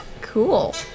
Cool